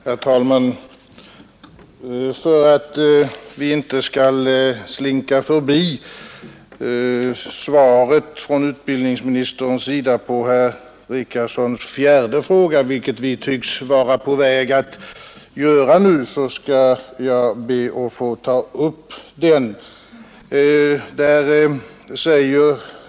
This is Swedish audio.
Herr talman! För att vi inte skall slinka förbi svaret från utbildningsministerns sida på herr Richardsons fjärde fråga, vilket vi tycks vara på väg att göra nu, skall jag be att få ta upp den.